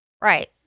Right